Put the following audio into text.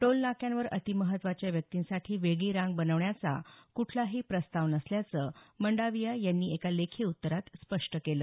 toll नाक्यांवर अतिमहत्त्वाच्या व्यक्तिंसाठी वेगळी रांग बनवण्याचा कुठलाही प्रस्ताव नसल्याचं मंडाविया यांनी एका लेखी उत्तरात स्पष्ट केलं